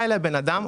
בא אליי בן אדם,